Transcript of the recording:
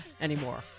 anymore